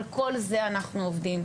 על כל זה אנחנו עובדים,